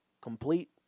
complete